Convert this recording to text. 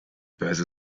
börse